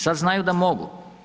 Sada znaju da mogu.